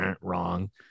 wrong